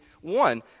one